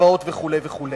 מקוואות וכו' וכו'.